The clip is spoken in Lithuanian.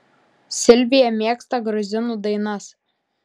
silvija mėgsta gruzinų dainas